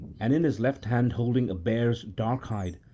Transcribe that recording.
and in his left hand holding a bear's dark hide,